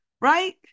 Right